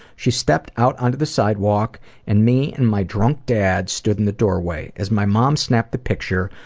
she stepped out onto the sidewalk and me and my drunk dad stood in the doorway. as my mom snapped the picture,